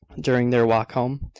during their walk home.